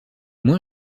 moins